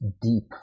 deep